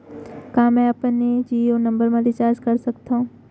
का मैं अपन जीयो नंबर म रिचार्ज कर सकथव?